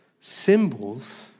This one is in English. symbols